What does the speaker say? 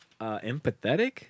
empathetic